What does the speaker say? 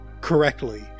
correctly